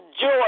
joy